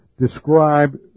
describe